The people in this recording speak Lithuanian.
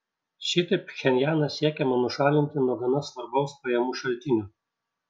šitaip pchenjaną siekiama nušalinti nuo gana svarbaus pajamų šaltinio